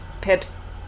Pips